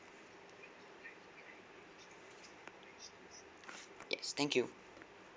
yes thank you